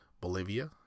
Bolivia